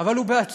אבל הוא בעצמו